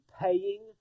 paying